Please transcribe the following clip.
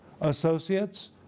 associates